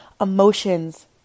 emotions